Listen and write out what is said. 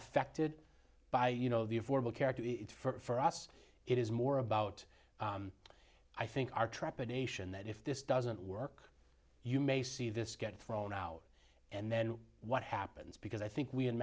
affected by you know the affordable care act for us it is more about i think our trepidation that if this doesn't work you may see this get thrown out and then what happens because i think we in